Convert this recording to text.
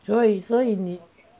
所以所以你